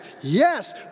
Yes